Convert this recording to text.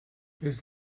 his